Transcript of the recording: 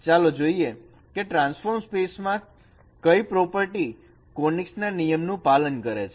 ચાલો જોઈએ કે ટ્રાન્સફોર્મ સ્પેસ મા કઈ પ્રોપર્ટી કોનીકસ ના નિયમ નું પાલન કરે છે